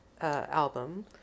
album